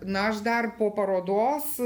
na aš dar po parodos